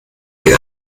den